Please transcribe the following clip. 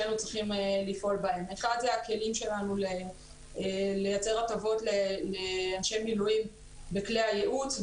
לפעול בהם 1. זה הכלים שלנו לייצר הטבות לאנשי מילואים בכלי הייעוץ,